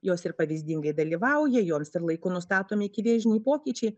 jos ir pavyzdingai dalyvauja joms ir laiku nustatomi ikivėžiniai pokyčiai